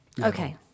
Okay